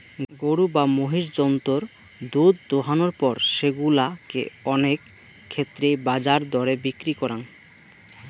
গরু বা মহিষ জন্তুর দুধ দোহানোর পর সেগুলা কে অনেক ক্ষেত্রেই বাজার দরে বিক্রি করাং